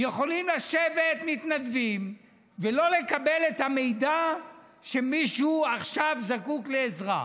יכולים לשבת מתנדבים ולא לקבל את המידע שמישהו עכשיו זקוק לעזרה.